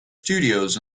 studios